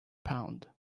pound